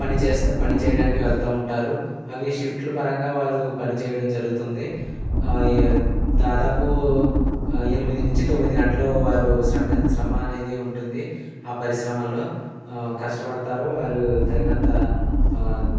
పని చేస్తూ పని చేయడానికి వెళుతూ ఉంటారు అవి షిఫ్టుల పరంగా వారు పని చేయడం జరుగుతుంది ఆ దాదాపు ఎనిమిది నుంచి తొమ్మిది గంటలు వారు శ్రమ శ్రమ అనేది ఉంటుంది ఆ పరిశ్రమలో కష్టపడతారు వారు తగినంత